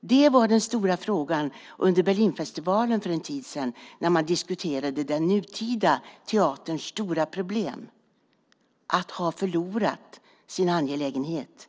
Det var den stora frågan under Berlinfestivalen för en tid sedan, när man diskuterade den nutida teaterns stora problem: att ha förlorat sin angelägenhet.